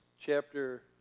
chapter